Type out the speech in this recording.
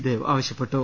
ദേവ് ആവശ്യപ്പെട്ടു